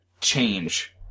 change